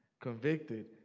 convicted